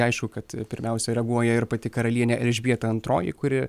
aišku kad pirmiausia reaguoja ir pati karalienė elžbieta antroji kuri